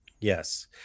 Yes